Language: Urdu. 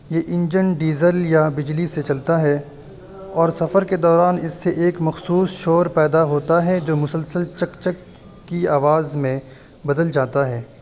یہ انجن ڈیزل یا بجلی سے چلتا ہے اور سفر کے دوران اس سے ایک مخصوص شور پیدا ہوتا ہے جو مسلسل چک چک کی آواز میں بدل جاتا ہے